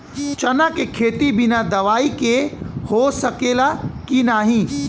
चना के खेती बिना दवाई के हो सकेला की नाही?